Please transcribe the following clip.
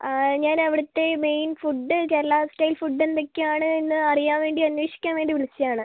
അ ഞാനവിടുത്തേ main food Kerala style food എന്തൊക്കെയാണ് എന്ന് അറിയാൻ വേണ്ടി അന്വേഷിക്കാൻ വേണ്ടി വിളിച്ചതാണ്